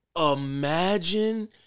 Imagine